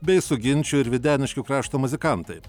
bei suginčių ir videniškių krašto muzikantai